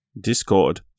Discord